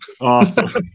Awesome